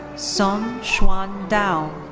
son xuan dao.